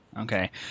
Okay